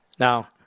Now